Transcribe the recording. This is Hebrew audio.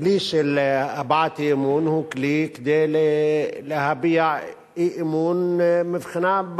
הכלי של הבעת אי-אמון הוא כלי להביע אי-אמון בדיבורים,